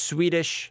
Swedish